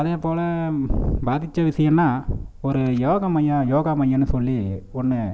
அதேபோல் பாதித்த விஷயம்னா ஒரு யோகா மையம் யோகா மையம்னு சொல்லி ஒன்று